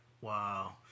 wow